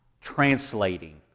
translating